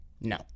No